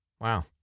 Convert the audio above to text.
Wow